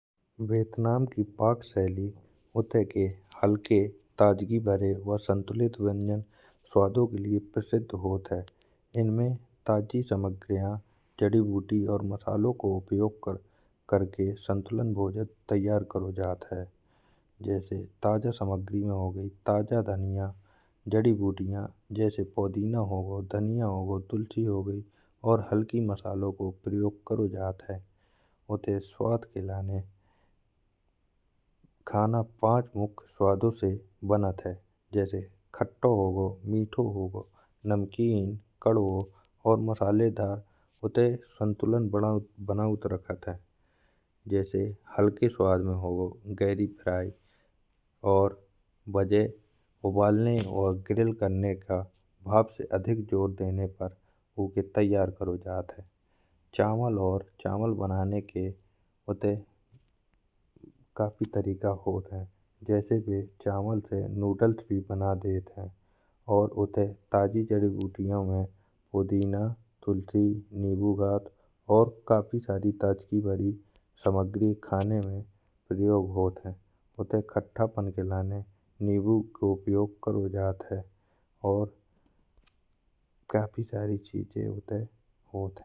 वियतनाम की पक शैली उते के हल्के ताज़गी भरे व संतुलित व्यंजन स्वादों के लिए प्रसिद्ध होत है। इनमें ताज़ी सामग्री जड़ी-बूटी और मसालों को उपयोग करके संतुलित भोजन तैयार करौ जात है। जैसे ताज़ा सामग्री में हो गई ताज़ा धनिया जड़ी बूटियां जैसे पुदीना हो गओ धनिया हो गओ। तुलसी हो गई और हल्के मसालों को प्रयोग करौ जात है। उते स्वाद के लाने खाना पाँच मुख्य स्वादों से बनत है। जैसे खट्टो हो गओ मीठो हो गओ नमकीन कड़ुवो और मसालेदार उते संतुलन बनावट राखत है। जैसे हल्के स्वाद में हो गओ गेरी फ्राई और बाजे उबालने और ग्रिल करने का आपसे अधिक जोर देने पर उके तैयार करौ जात है। चावल और चावल बनाने के उते काफी तरीका होत है। जैसे वे चावल से नूडल्स भी बना देत है और उते ताज़ी जड़ी बूटियों में पुदीना तुलसी निम्बुघाट और काफी सारी ताजी बड़ी सामग्री खाने में प्रयोग होत है। उते खट्टापन के लाने निम्बु को उपयोग करौ जात है और काफी सारी चीजें उते होत है।